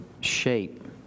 shape